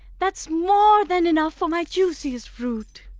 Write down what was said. that's more than enough for my juiciest fruit.